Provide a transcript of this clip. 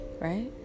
right